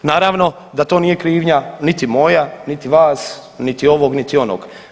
Naravno da to nije krivnja niti moja, niti vas, niti ovog, niti onog.